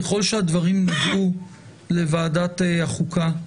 ככל שהדברים נגעו לוועדת החוקה,